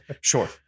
sure